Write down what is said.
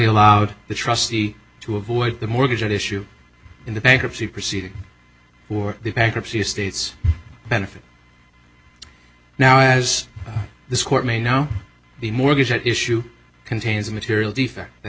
allowed the trustee to avoid the mortgage issue in the bankruptcy proceeding or the bankruptcy of state's benefit now as this court may know the mortgage issue contains a material defect that